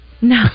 No